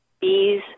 bees